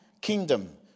kingdom